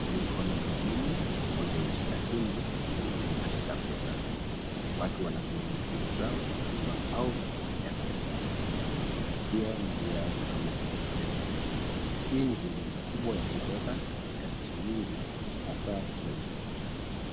Mikono miwili, mmoja unashika simu, mwingine unashika pesa. Watu wanatumia simu zao kutuma au kupokea pesa kupitia njia kama mpesa. Hii ni huduma kubwa ya kifedha katika nchi mingi hasaa Kenya.